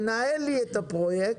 תנהל לי את הפרויקט,